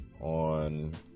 on